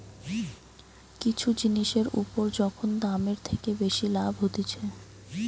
কিছু জিনিসের উপর যখন দামের থেকে বেশি লাভ হতিছে